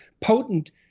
potent